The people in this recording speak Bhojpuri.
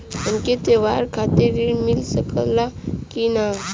हमके त्योहार खातिर त्रण मिल सकला कि ना?